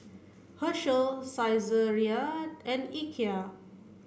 Herschel Saizeriya and Ikea